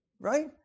right